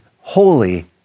holy